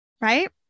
right